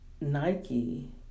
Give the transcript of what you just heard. Nike